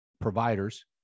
providers